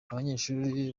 abanyeshuri